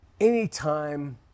anytime